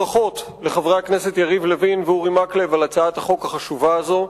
ברכות לחברי הכנסת יריב לוין ואורי מקלב על הצעת החוק החשובה הזו.